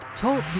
Talk